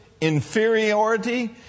inferiority